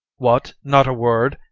what! not a word?